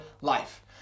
life